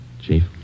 Chief